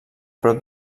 prop